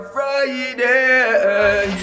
Friday